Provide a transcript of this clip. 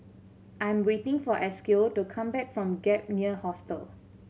I am waiting for Esequiel to come back from Gap Year Hostel